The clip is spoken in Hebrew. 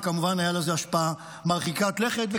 וכמובן הייתה לזה השפעה מרחיקת לכת.